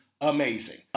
amazing